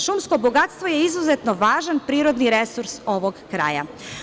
Šumsko bogatstvo je izuzetan važan prirodni resurs ovog kraja.